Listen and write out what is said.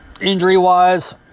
Injury-wise